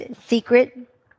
secret